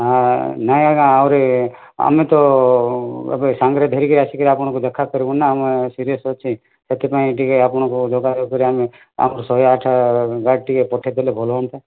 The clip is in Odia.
ହଁ ନାହିଁ ଆଜ୍ଞା ଆହୁରି ଆମେ ତ ଏବେ ସାଙ୍ଗରେ ଧରିକି ଆସିକିରି ଆପଣଙ୍କୁ ଦେଖା କରିବୁ ନା ଆମେ ସିରିଏସ୍ ଅଛି ସେଥିପାଇଁ ଟିକିଏ ଆପଣଙ୍କୁ ଯୋଗାଯୋଗ କରିକି ଆମେ ଆମର ଶହେ ଆଠ ଗାଡ଼ି ଟିକିଏ ପଠାଇ ଦେଲେ ଭଲ ହୁଅନ୍ତା